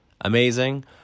amazing